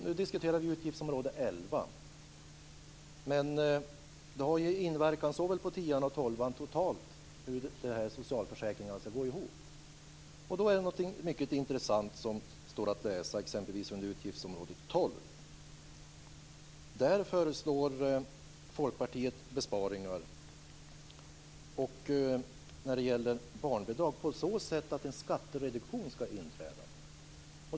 Nu diskuterar vi utgiftsområde 11, men hur socialförsäkringarna ska gå ihop har inverkan på såväl 10:an som 12:an totalt sett. Någonting mycket intressant står att läsa exempelvis under utgiftsområde 12. Där föreslår Folkpartiet besparingar för barnbidragen på så sätt att en skattereduktion ska inträda.